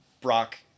Brock